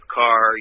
car